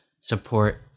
support